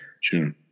Sure